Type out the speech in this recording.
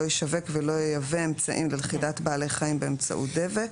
לא ישווק ולא ייבא אמצעים ללכידת בעלי חיים באמצעות דבק,